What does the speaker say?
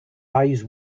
eyes